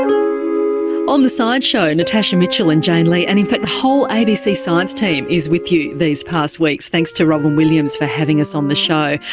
um on the science show, natasha mitchell and jane lee, and in fact the whole abc science team is with you these past weeks. thanks to robyn williams for having us on the show.